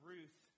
Ruth